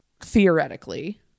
theoretically